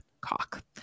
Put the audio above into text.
cock